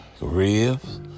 ribs